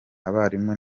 abarimu